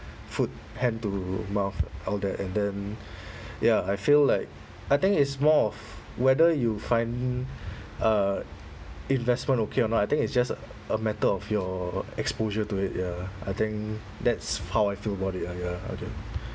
food hand to mouth all that and then ya I feel like I think it's more of whether you find uh investment okay or not I think it's just a matter of your exposure to it ya I think that's how I feel about it lah ya okay